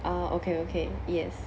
ah okay okay yes